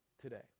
today